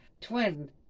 twin